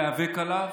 להיאבק עליו,